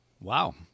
Wow